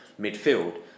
midfield